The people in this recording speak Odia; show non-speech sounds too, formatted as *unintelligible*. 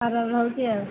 *unintelligible* ହେଉଛି ଆଉ